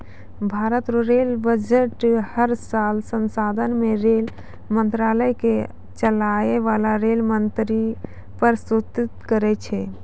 भारत रो rail budget हर साल सांसद मे रेल मंत्रालय के चलाय बाला रेल मंत्री परस्तुत करै छै